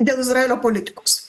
dėl izraelio politikos